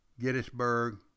Gettysburg